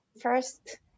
first